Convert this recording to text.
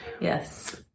Yes